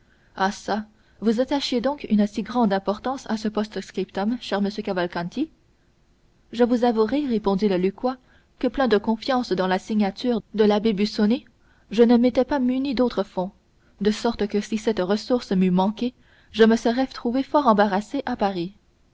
ah çà vous attachiez donc une si grande importance à ce post-scriptum cher monsieur cavalcanti je vous avouerai répondit le lucquois que plein de confiance dans la signature de l'abbé busoni je ne m'étais pas muni d'autres fonds de sorte que si cette ressource m'eût manqué je me serais trouvé fort embarrassé à paris